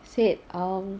said um